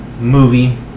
movie